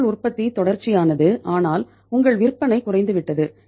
உங்கள் உற்பத்தி தொடர்ச்சியானது ஆனால் உங்கள் விற்பனை குறைந்துவிட்டது